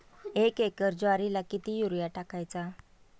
एक एकर ज्वारीला किती युरिया टाकायचा?